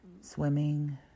Swimming